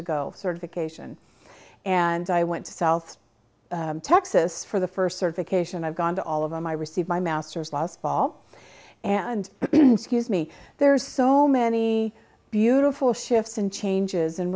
ago certification and i went to south texas for the first certification i've gone to all of them i received my master's last fall and scuse me there's so many beautiful shifts and changes and